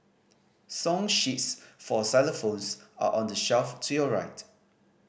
song sheets for xylophones are on the shelf to your right